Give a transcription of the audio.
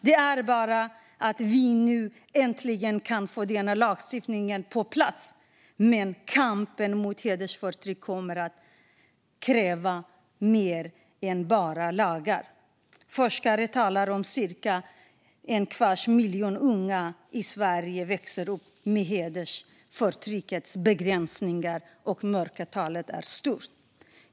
Det är bra att vi nu äntligen kan få denna lagstiftning på plats. Men kampen mot hedersförtrycket kommer att kräva mer än bara lagar. Forskare talar om att cirka en kvarts miljon unga i Sverige växer upp med hedersförtryckets begränsningar, och mörkertalet är stort.